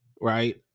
right